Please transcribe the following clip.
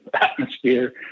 atmosphere